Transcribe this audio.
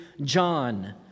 John